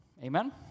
Amen